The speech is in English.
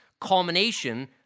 culmination